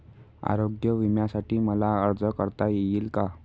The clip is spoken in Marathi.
आरोग्य विम्यासाठी मला अर्ज करता येईल का?